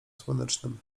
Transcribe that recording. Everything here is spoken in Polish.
słonecznym